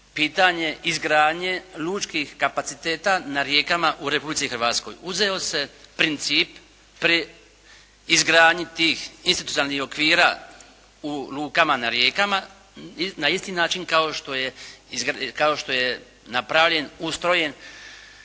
pitanje izgradnje lučkih kapaciteta na rijekama u Republici Hrvatskoj. Uzeo se principi pri izgradnji tih institucionalnih okvira u lukama na rijekama na isti način kao što je napravljen, ustrojen